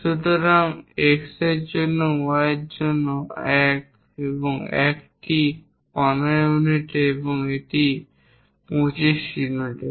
সুতরাং X এর জন্য Y এর জন্য 1 1 এটি 15 ইউনিটে এবং এটি 25 ইউনিটে